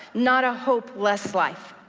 not a hopeless life.